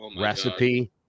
recipe